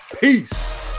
peace